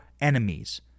enemies